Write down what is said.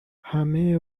همه